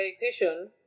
meditation